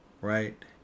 right